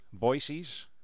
voices